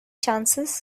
chances